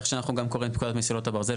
איך שאנחנו גם קוראים את כל מסילות הברזל,